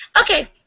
Okay